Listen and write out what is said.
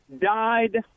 died